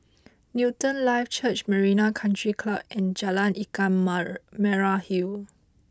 Newton Life Church Marina Country Club and Jalan Ikan Merah Hill